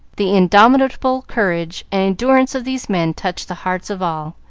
the indomitable courage and endurance of these men touched the hearts of all,